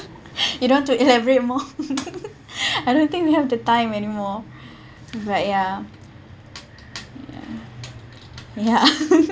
you don't want to elaborate more I don't think we have the time anymore but ya ya ya